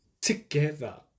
together